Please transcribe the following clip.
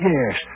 Yes